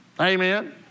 Amen